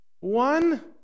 One